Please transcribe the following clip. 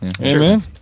Amen